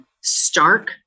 stark